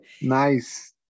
Nice